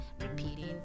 repeating